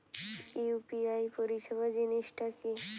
UPI পরিসেবা জিনিসটা কি?